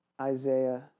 Isaiah